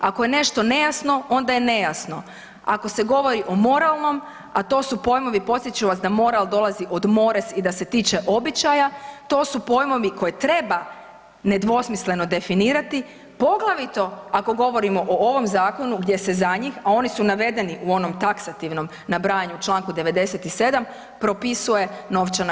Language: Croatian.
Ako je nešto nejasno onda je nejasno, ako se govori o moralnom, a to su pojmovi podsjetit ću vas da moral dolazi od mores i da se tiče običaja, to su pojmovi koje treba nedvosmisleno definirati poglavito ako govorimo o ovom zakonu gdje se za njih, a oni su navedeni u onom taksativnom nabrajanju u Članku 97. propisuje novčana kazna.